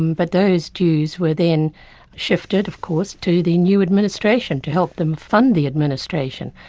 but those dues were then shifted of course to the new administration to help them fund the administration.